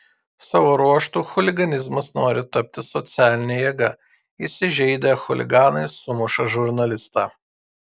savo ruožtu chuliganizmas nori tapti socialine jėga įsižeidę chuliganai sumuša žurnalistą